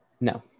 No